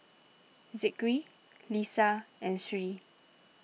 Zikri Lisa and Sri